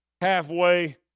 halfway